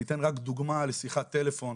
אני אתן רק דוגמה לשיחת טלפון